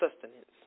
sustenance